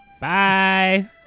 bye